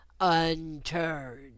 unturned